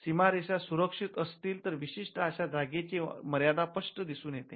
सीमारेषा सुरक्षित असतील तर विशिष्ट अशा जागेची मर्यादा स्पष्टपणे दिसून येते